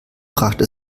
brachte